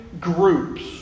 groups